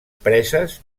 preses